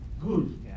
good